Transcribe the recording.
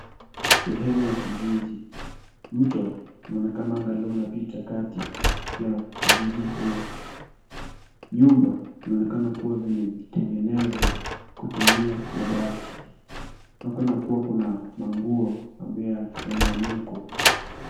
Sehemu ya kijiji , mto unaonekanga leo unapita kati ya kijiji huu, nyumba inaonekana kuwa vimetegenezwa kutumia mabati, inaoneka kuna manguo ambayo yameanikwa.